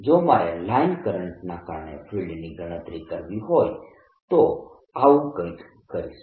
જો મારે લાઇન કરંટના કારણે ફિલ્ડની ગણતરી કરવી હોય તો આવું કંઈક કરીશ